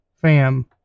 fam